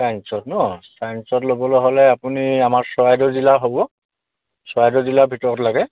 চাইন্ঞ্চত ন চাইঞ্চত ল'বলৈ হ'লে আপুনি আমাৰ চৰাইদেউ জিলা হ'ব চৰাইদেউ জিলাৰ ভিতৰত লাগে